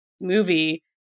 movie